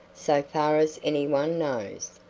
so far as any one knows.